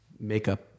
makeup